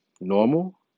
normal